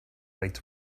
lights